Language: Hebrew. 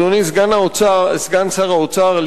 אדוני סגן שר האוצר,